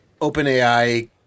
OpenAI